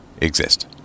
exist